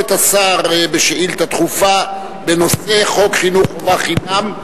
את השר שאילתא דחופה בנושא: חוק חינוך חובה חינם,